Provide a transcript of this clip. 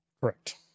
Correct